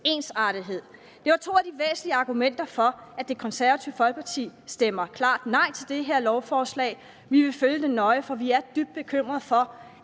ensartethed. Det var to af de væsentlige argumenter for, at Det Konservative Folkeparti stemmer klart nej til det her lovforslag. Vi vil følge det nøje, for vi er dybt bekymrede for,